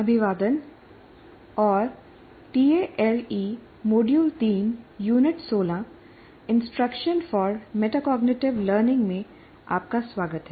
अभिवादन और TALE module 3 unit 16 instruction for metacognitive learning में आपका स्वागत है